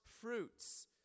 fruits